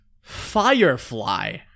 Firefly